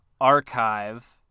archive